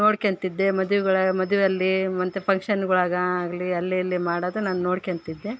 ನೋಡ್ಕೊತಿದ್ದೆ ಮದುವೆಗಳ ಮದುವೆಯಲ್ಲಿ ಮತ್ತು ಫಂಕ್ಷನ್ಗಳಾಗ ಆಗಲಿ ಅಲ್ಲೆ ಇಲ್ಲಿ ಮಾಡೋದು ನಾನು ನೋಡ್ಕೊತಿದ್ದೆ